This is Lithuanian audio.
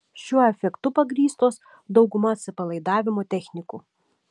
šiuo efektu pagrįstos dauguma atsipalaidavimo technikų